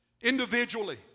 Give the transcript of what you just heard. individually